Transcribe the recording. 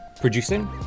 producing